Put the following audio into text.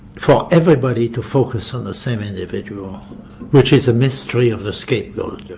for ah everybody to focus on the same individual which is a mystery of the scapegoat.